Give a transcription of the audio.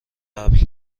قبل